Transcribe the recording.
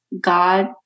God